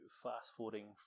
fast-forwarding